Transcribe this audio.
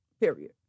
Period